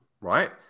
right